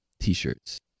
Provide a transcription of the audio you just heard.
T-shirts